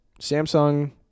Samsung